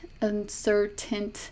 uncertain